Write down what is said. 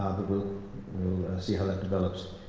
we'll we'll see how that develops.